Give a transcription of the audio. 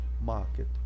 market